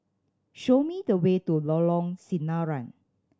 show me the way to Lorong Sinaran